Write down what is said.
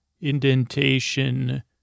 indentation